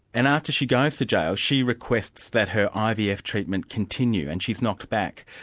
and after she goes to jail she requests that her ivf treatment continue, and she's knocked back.